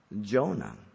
Jonah